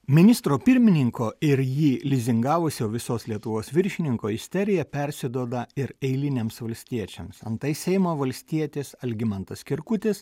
ministro pirmininko ir jį lizingavusio visos lietuvos viršininko isterija persiduoda ir eiliniams valstiečiams antai seimo valstietis algimantas kirkutis